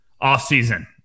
off-season